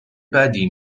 بدی